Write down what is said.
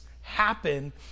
happen